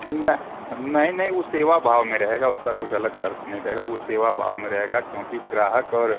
नह नहीं नहीं वो सेवा भाव में रहेगा उसका कुछ अलग खर्च नहीं रहेगा वो सेवा भाव में रहेगा क्योंकि ग्राहक और